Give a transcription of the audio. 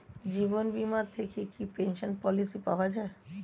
জীবন বীমা থেকে কি পেনশন পলিসি পাওয়া যায়?